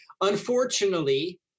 Unfortunately